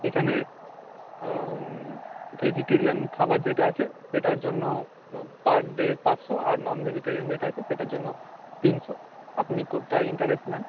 এখানে ভেজিটেরিয়ান খাবার যেটা আছে সেটার জন্য পার ডে পাঁচশো আর নন ভেজিটেরিয়ান যেটা আছে সেটার জন্য তিনশো আপনি কোনটায় ইন্টারেস্ট ম্যাম